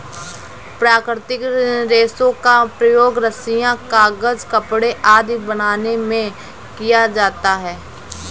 प्राकृतिक रेशों का प्रयोग रस्सियॉँ, कागज़, कपड़े आदि बनाने में किया जाता है